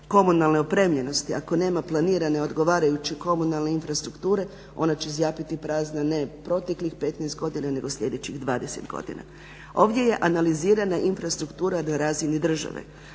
komunalne opremljenosti, ako nema planirane odgovarajuće komunalne infrastrukture ona će zjapiti prazna ne proteklih 15 godina nego sljedećih 20 godina. Ovdje je analizirana infrastruktura na razini države.